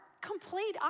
complete